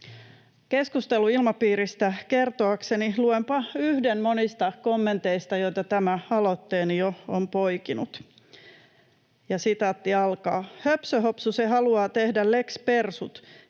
Keskusteluilmapiiristä kertoakseni luenpa yhden monista kommenteista, joita tämä aloitteeni jo on poikinut: ”Höpsö-Hopsu se haluaa tehdä Lex persut,